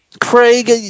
Craig